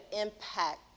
impact